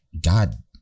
God